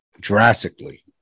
drastically